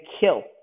kill